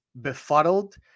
befuddled